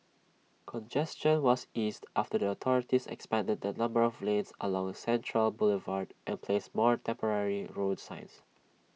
congestion was eased after the authorities expanded the number of lanes along central Boulevard and placed more temporary road signs